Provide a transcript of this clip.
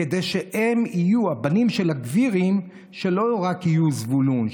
כדי שהבנים של הגברים לא יהיו רק זבולון,